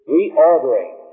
Reordering